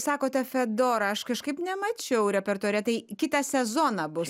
sakote fedora aš kažkaip nemačiau repertuare tai kitą sezoną bus